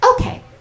Okay